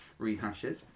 rehashes